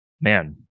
man